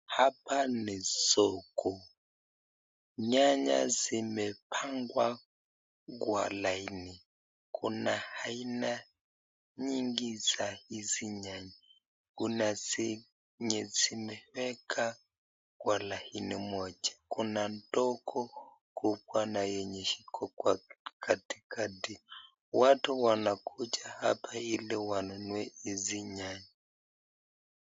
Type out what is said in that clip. Hapa ni soko, nyanya zimepangwa kwa laini, kuna aina nyingi za hizi nyanya kuna zenye zimewekwa kwa laini moja kuna ndogo, kubwa na yenye iko katikati watu wanakuja hapa ili waweze kununua hizi nyanya.